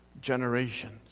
generations